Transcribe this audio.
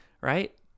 right